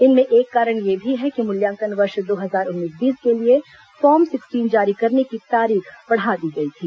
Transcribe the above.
इनमें एक कारण यह भी है कि मूल्यांकन वर्ष दो हजार उन्नीस बीस के लिए फॉर्म सिक्सटीन जारी करने की तारीख बढ़ा दी गई थी